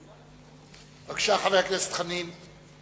בבקשה, חבר הכנסת חנין.